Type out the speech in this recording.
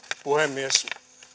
puhemies